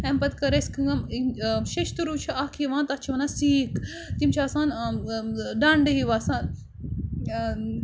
اَمہِ پَتہٕ کٔر اَسہِ کٲم شیشتُروٗ چھِ اَکھ یِوان تَتھ چھِ وَنان سیٖکھ تِم چھِ آسان ڈَنڈٕ ہِو آسان